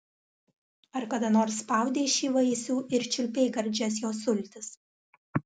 ar kada nors spaudei šį vaisių ir čiulpei gardžias jo sultis